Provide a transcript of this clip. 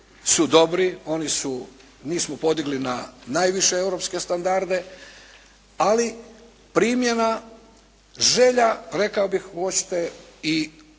su dobri. Oni su, njih smo podigli na najviše europske standarde. Ali primjena, želja rekao bih …/Govornik